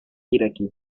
iraquí